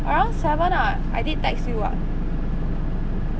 around seven [what] I did text you [what]